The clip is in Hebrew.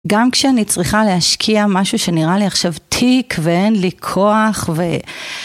גם כשאני צריכה להשקיע משהו שנראה לי עכשיו תיק, ואין לי כוח ו...